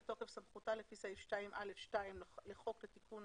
בתוקף סמכותה לפי סעיף 2(א)(2) לחוק לתיקון